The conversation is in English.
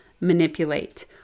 manipulate